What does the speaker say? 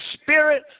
spirit